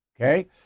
Okay